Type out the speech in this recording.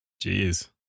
Jeez